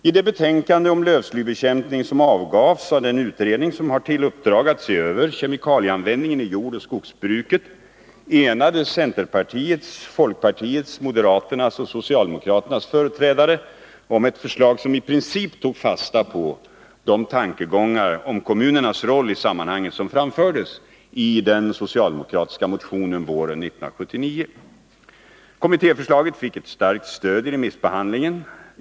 I det betänkande om lövslybekämpning som avgavs av den utredning som har till uppdrag att se över kemikalieanvändningen i jordoch skogsbruket enades centerpartiets, folkpartiets, moderaternas och socialdemokraternas företrädare om ett förslag som i princip tog fasta på de tankegångar om kommunernas roll i sammanhanget som framfördes i den socialdemokratiska motionen våren 1979. Kommittéförslaget fick ett starkt stöd i remissbehandlingen.